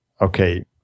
okay